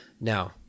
Now